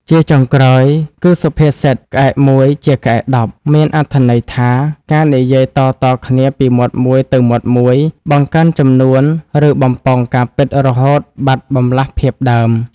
ជាចុងក្រោយគឺសុភាសិត "ក្អែកមួយជាក្អែកដប់" មានអត្ថន័យថា ការនិយាយតៗគ្នាពីមាត់មួយទៅមាត់មួយ បង្កើនចំនួនឬបំប៉ោងការពិតរហូតបាត់បម្លាស់ភាពដើម។